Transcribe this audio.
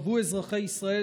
חוו אזרחי ישראל,